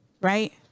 right